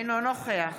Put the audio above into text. אינו נוכח